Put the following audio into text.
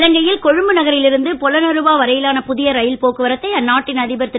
இலங்கையில் கொழும்பு நகரில் இருந்து பொலனருவா வரையிலான புதிய ரயில் போக்குவரத்தை அந்நாட்டின் அதிபர் திரு